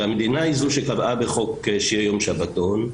הרי המדינה היא זו שקבעה בחוק שיהיה יום שבתון,